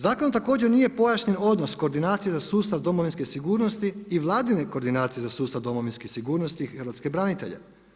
Zakonom također nije pojašnjen odnos Koordinacije za sustav domovinske sigurnosti i vladine Koordinacije za sustav domovinske sigurnosti hrvatske branitelje.